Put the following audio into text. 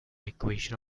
equation